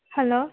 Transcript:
hello